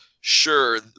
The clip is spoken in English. Sure